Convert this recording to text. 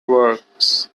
works